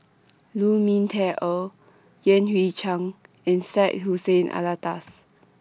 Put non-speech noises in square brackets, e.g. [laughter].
[noise] Lu Ming Teh Earl Yan Hui Chang and Syed Hussein Alatas